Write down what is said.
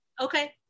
Okay